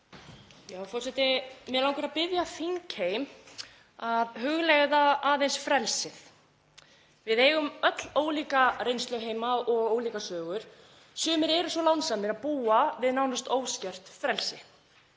forseti. Mig langar að biðja þingheim að hugleiða aðeins frelsið. Við eigum öll ólíka reynsluheima og ólíkar sögur. Sumir eru svo lánsamir að búa við nánast óskert frelsi,